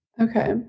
Okay